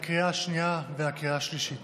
בקריאה השנייה והקריאה השלישית.